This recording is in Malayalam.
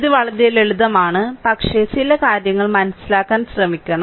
ഇത് വളരെ ലളിതമാണ് പക്ഷേ ചില കാര്യങ്ങൾ മനസിലാക്കാൻ ശ്രമിക്കണം